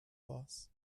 boss